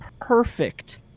perfect